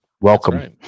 welcome